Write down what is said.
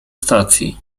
stacji